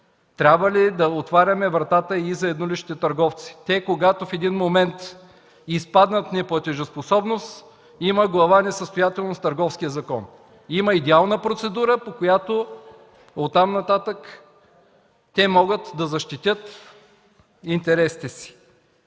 Трябва ли да отваряме вратата и за едноличните търговци? Те, когато в един момент изпаднат в неплатежоспособност, има глава „Несъстоятелност” в Търговския закон. Има идеална процедура, по която от там нататък те могат да защитят интересите си.